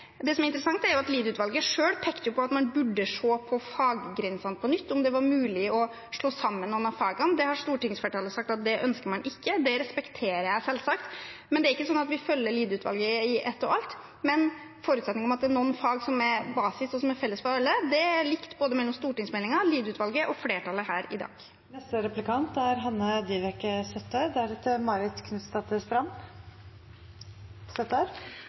Det som er interessant, er jo at Lied-utvalget selv pekte på at man burde se på faggrensene på nytt, om det var mulig å slå sammen noen av fagene. Det har stortingsflertallet sagt at det ønsker man ikke. Det respekterer jeg selvsagt, men det er ikke sånn at vi følger Lied-utvalget i ett og alt. Men forutsetningene om at det er noen fag som er basis og felles for alle – det er likt i både stortingsmeldingen, Lied-utvalget og flertallet her i dag.